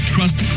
Trust